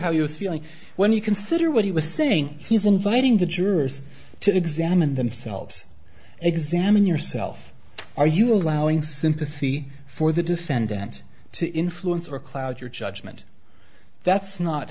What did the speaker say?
how you're feeling when you consider what he was saying he's inviting the jurors to examine themselves examine yourself are you allowing sympathy for the defendant to influence or cloud your judgment that's not